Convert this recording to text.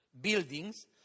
buildings